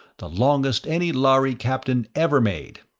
the longest any lhari captain ever made.